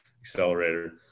accelerator